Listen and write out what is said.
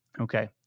Okay